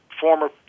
former